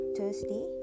Thursday